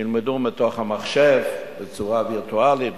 שילמדו מתוך המחשב בצורה וירטואלית,